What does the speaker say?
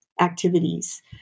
activities